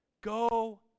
Go